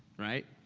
right?